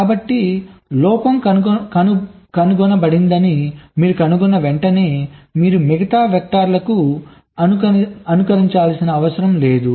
కాబట్టి లోపం కనుగొనబడిందని మీరు కనుగొన్న వెంటనే మీరు మిగిలిన వెక్టర్లకు అనుకరించాల్సిన అవసరం లేదు